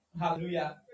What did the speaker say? Hallelujah